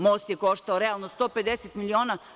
Most je koštao realno 150 miliona.